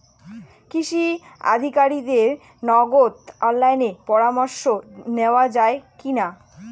কৃষি আধিকারিকের নগদ অনলাইন পরামর্শ নেওয়া যায় কি না?